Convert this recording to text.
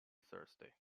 thursday